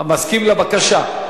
מסכים לבקשה.